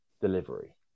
delivery